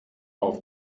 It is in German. auf